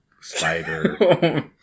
spider